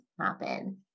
happen